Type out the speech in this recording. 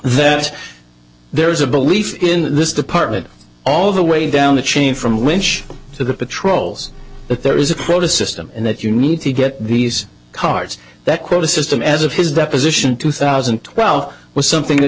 that there is a belief in this department all the way down the chain from which to the patrols that there is a quota system and that you need to get these cards that quota system as of his deposition two thousand and twelve was something that